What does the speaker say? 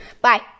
Bye